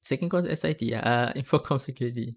second course S_I_T ah ah infocomm security